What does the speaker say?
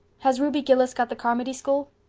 has ruby gillis got the carmody school?